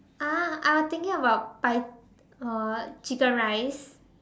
ah I was thinking about pie uh chicken rice